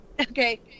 Okay